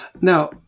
Now